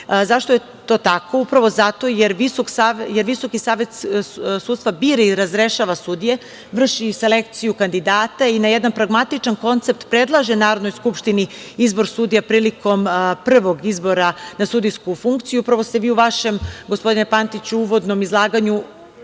Zašto je to tako? Upravo zato jer VSS bira i razrešava sudije, vrši selekciju kandidata i na jedan pragmatičan koncept predlaže Narodnoj skupštini izbor sudija prilikom prvog izbora na sudijski funkciju. Upravo ste vi u vašem, gospodine Pantiću, uvodnom izlaganju